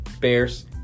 Bears